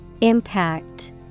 Impact